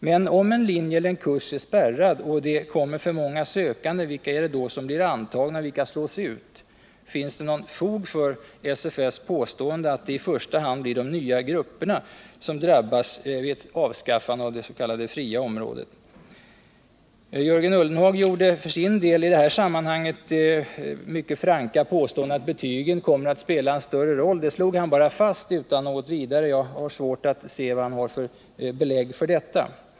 Men om en linje eller kurs är spärrad och det kommer för många sökande, vilka är det som blir antagna och vilka slås ut? Finns det något fog för SFS påstående att det i första hand blir de ”nya grupperna” som drabbas vid ett avskaffande av det s.k. fria området? Jörgen Ullenhag gjorde för sin del i detta sammanhang mycket franka påstående om att betygen kommer att spela en större roll. Det slog han bara fast utan vidare. Jag har svårt att se vad han har för belägg för detta.